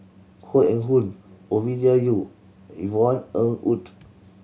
Koh Eng Hoon Ovidia Yu Yvonne Ng Uhde